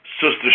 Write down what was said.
Sister